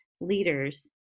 leaders